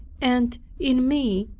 and in me,